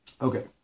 Okay